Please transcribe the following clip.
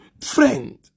friend